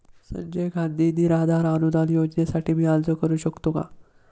संजय गांधी निराधार अनुदान योजनेसाठी मी अर्ज करू शकतो का?